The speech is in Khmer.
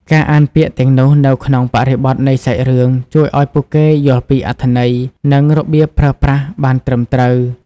ការអានពាក្យទាំងនោះនៅក្នុងបរិបទនៃសាច់រឿងជួយឲ្យពួកគេយល់ពីអត្ថន័យ និងរបៀបប្រើប្រាស់បានត្រឹមត្រូវ។